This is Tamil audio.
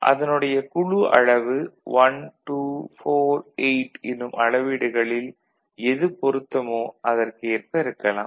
அதனுடைய குழு அளவு 1 2 4 8 எனும் அளவீடுகளில் எது பொருத்தமோ அதற்கேற்ப இருக்கலாம்